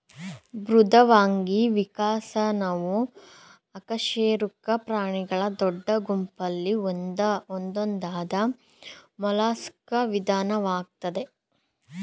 ಮೃದ್ವಂಗಿ ವಿಕಸನವು ಅಕಶೇರುಕ ಪ್ರಾಣಿಗಳ ದೊಡ್ಡ ಗುಂಪಲ್ಲಿ ಒಂದಾದ ಮೊಲಸ್ಕಾ ವಿಧಾನವಾಗಯ್ತೆ